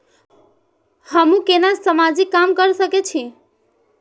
हमू केना समाजिक काम केना कर सके छी?